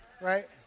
Right